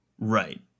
Right